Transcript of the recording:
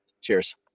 Cheers